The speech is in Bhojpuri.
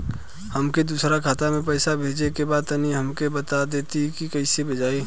हमके दूसरा खाता में पैसा भेजे के बा तनि हमके बता देती की कइसे भेजाई?